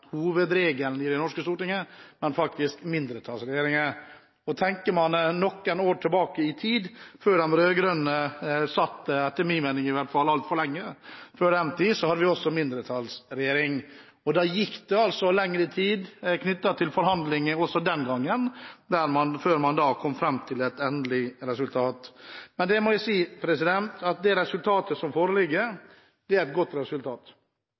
hovedregelen i det norske storting, men mindretallsregjeringer. Tenker man noen år tilbake i tid, før de rød-grønne i hvert fall etter min mening satt altfor lenge, hadde vi også mindretallsregjering. Også den gangen gikk det lengre tid med forhandlinger før man kom fram til et endelig resultat. Men det må jeg si: Det resultatet som foreligger, er et godt resultat.